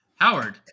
Howard